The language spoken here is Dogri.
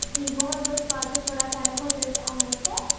जी बहोत बहोत सोआगत थुआढ़ा साढ़े होटल आने आस्तै